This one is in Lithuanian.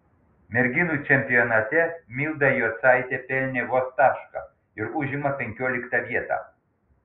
merginų čempionate milda jocaitė pelnė vos tašką ir užima penkioliktą vietą